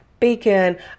Bacon